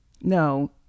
no